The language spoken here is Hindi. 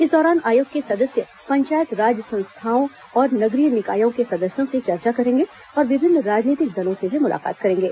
इस दौरान आयोग के सदस्य पंचायत राज्य संस्थाओं और नगरीय निकायों के सदस्यों से चर्चा करेंगे और विभिन्न राजनितिक दलों से भी मुलाकात करेंगे